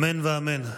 אמן ואמן.